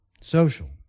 Social